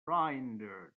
grinder